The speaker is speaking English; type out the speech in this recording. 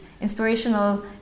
inspirational